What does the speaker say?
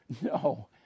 no